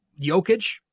Jokic